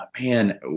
man